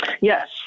Yes